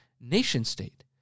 nation-state